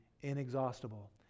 inexhaustible